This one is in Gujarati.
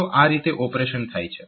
તો આ રીતે ઓપરેશન થાય છે